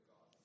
God